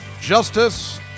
justice